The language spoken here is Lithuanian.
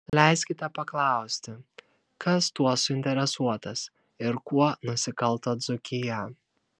leiskite paklausti kas tuo suinteresuotas ir kuo nusikalto dzūkija